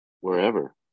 wherever